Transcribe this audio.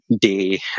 day